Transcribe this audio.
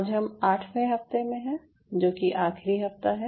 आज हम आठवें हफ्ते में हैं जो कि आखिरी हफ्ता है